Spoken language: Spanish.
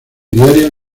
diaria